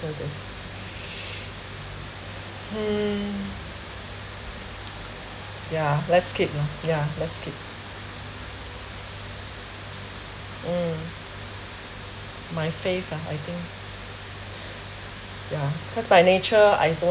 this hmm ya let's skip lah ya let's skip mm my faith ah I think yeah because by nature I don't